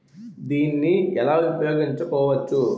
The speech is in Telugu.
దీన్ని ఎలా ఉపయోగించు కోవచ్చు?